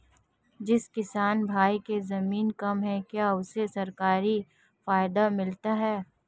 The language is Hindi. जिस किसान भाई के ज़मीन कम है क्या उसे सरकारी फायदा मिलता है?